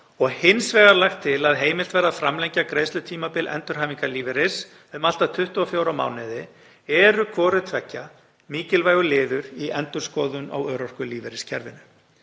og hins vegar lagt til að heimilt verði að framlengja greiðslutímabil endurhæfingarlífeyri um allt að 24 mánuði eru mikilvægur liður í endurskoðun á örorkulífeyriskerfinu.